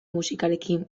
musikarekin